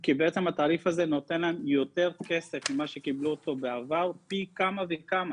כי בעצם התעריף הזה נותן להם יותר כסף ממה שקיבלו בעבר פי כמה וכמה.